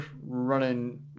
running